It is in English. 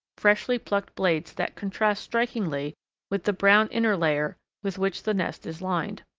freshly plucked blades that contrast strikingly with the brown inner layer with which the nest is lined.